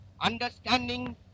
understanding